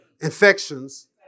infections